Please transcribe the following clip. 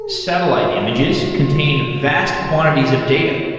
satellite images contain vast quantities of data.